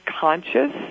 conscious